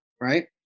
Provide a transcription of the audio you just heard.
right